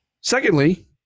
Secondly